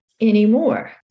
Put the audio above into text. anymore